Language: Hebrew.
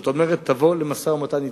כלומר תבוא למשא-ומתן.